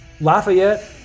Lafayette